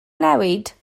newid